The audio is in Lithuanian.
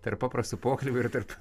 tarp paprasto pokalbio ir tarp